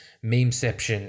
Memeception